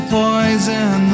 poison